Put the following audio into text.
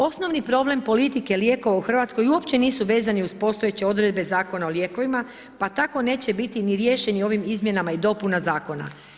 Osnovni problem politike lijekova u Hrvatskoj uopće nisu vezani uz postojeće odredbe Zakona o lijekovima pa tako neće biti ni riješeni ovim izmjenama i dopunama zakona.